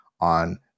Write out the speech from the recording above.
on